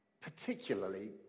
particularly